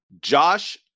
Josh